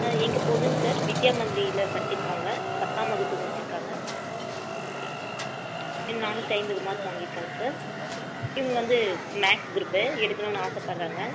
ஆ எங்கள் பொண்ணுங்க சார் வித்யா மந்திரியில் படிச்சிருக்காங்க பத்தாம் வகுப்பு முடிச்சிருக்காங்க இ நானூற்றி ஐம்பது மார்க் வாங்கிருக்காங்க சார் இவங்க வந்து மேக்ஸ் க்ரூப்பு எடுக்கணும்ன்னு ஆசைப்பட்றாங்க